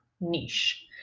Niche